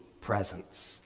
presence